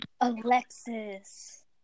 Alexis